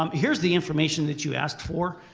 um here's the information that you asked for.